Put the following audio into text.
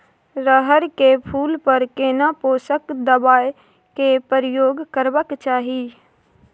रहर के फूल पर केना पोषक दबाय के प्रयोग करबाक चाही?